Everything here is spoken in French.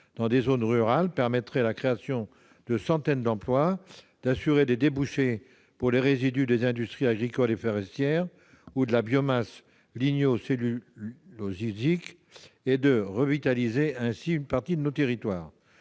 dans des zones rurales, permettraient de créer des centaines d'emplois, d'assurer des débouchés pour les résidus des industries agricoles et forestières ou de la biomasse ligno-cellulosique, et de revitaliser ainsi une partie de nos territoires.